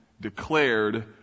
declared